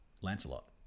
Lancelot